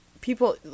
people